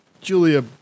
Julia